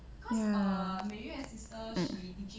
ya um